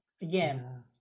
again